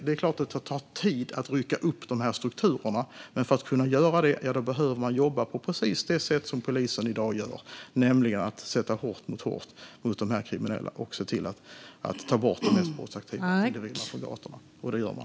Det är klart att det tar tid att rycka upp strukturerna. Men för att kunna göra det behöver man jobba på precis det sätt som polisen i dag gör, med att sätta hårt mot hårt mot de kriminella och med att ta bort de mest brottsaktiva individerna från gatorna. Och det gör man.